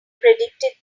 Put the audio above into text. predicted